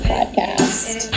Podcast